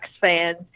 fans